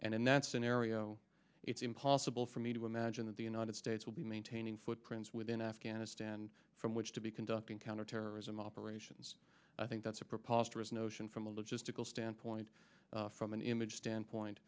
and in that scenario it's impossible for me to imagine that the united states would be maintaining footprints within afghanistan from which to be conducting counterterrorism operations i think that's a positive as notion from a logistical standpoint from an image standpoint